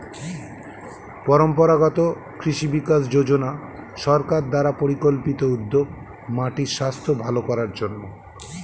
পরম্পরাগত কৃষি বিকাশ যোজনা সরকার দ্বারা পরিকল্পিত উদ্যোগ মাটির স্বাস্থ্য ভাল করার জন্যে